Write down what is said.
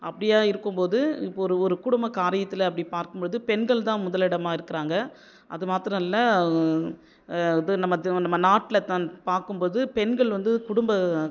அப்படியா இருக்கும் போது இப்போ ஒரு ஒரு குடும்ப காரியத்தில் அப்படி பார்க்கும் போது பெண்கள் தான் முதலிடமாக இருக்கிறாங்க அது மாத்திரம் இல்லை அது நமது நம்ம நாட்டில் எடுதாந்து பார்க்கும் போது பெண்கள் வந்து குடும்ப